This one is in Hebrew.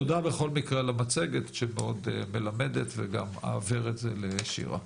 תודה בכל מקרה על המצגת שהיא מאוד מלמדת וגם אעביר את זה לשירה.